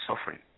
suffering